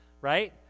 right